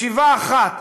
ישיבה אחת,